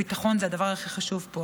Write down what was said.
הביטחון זה הדבר הכי חשוב פה,